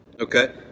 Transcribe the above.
Okay